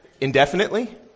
Indefinitely